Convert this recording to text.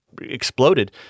exploded